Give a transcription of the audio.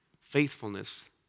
faithfulness